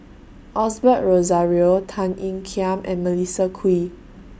Osbert Rozario Tan Ean Kiam and Melissa Kwee